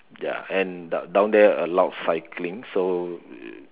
ya and down down there allowed cycling so